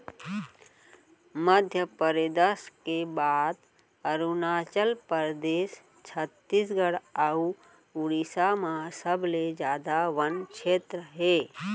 मध्यपरेदस के बाद अरूनाचल परदेस, छत्तीसगढ़ अउ उड़ीसा म सबले जादा बन छेत्र हे